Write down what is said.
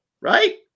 right